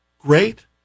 Great